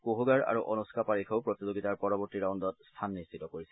কুছুগাৰ আৰু অনুস্কা পাৰিখেও প্ৰতিযোগিতাৰ পৰৱৰ্তী ৰাউণ্ডত স্থান নিশ্চিত কৰিছে